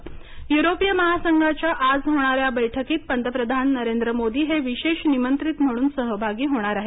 पंतप्रधान युरोप युरोपीय महासंघाच्या आज होणाऱ्या बैठकीत पंतप्रधान नरेंद्र मोदी हे विशेष निमंत्रित म्हणून सहभागी होणार आहेत